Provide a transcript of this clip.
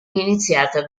iniziata